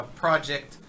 project